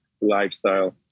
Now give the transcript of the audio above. lifestyle